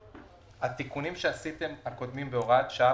התיקונים הקודמים שעשיתם בהוראת שעה,